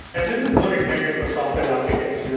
and this is more intended for software architecture.